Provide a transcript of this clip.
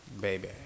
Baby